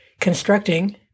constructing